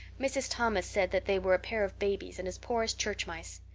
mrs. thomas said that they were a pair of babies and as poor as church mice.